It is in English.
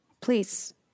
Please